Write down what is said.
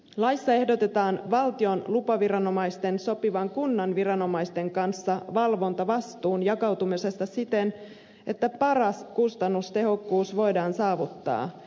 laissa ehdotetaan valtion lupaviranomaisten sopivan kunnan viranomaisten kanssa valvontavastuun jakautumisesta siten että paras kustannustehokkuus voidaan saavuttaa